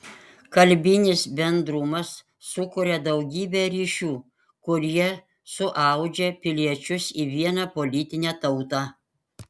kalbinis bendrumas sukuria daugybė ryšių kurie suaudžia piliečius į vieną politinę tautą